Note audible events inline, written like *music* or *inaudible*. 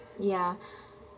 ya *breath*